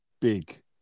Big